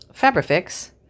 fabrifix